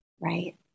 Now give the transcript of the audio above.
Right